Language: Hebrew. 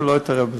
שלא תתערב בזה.